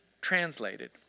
translated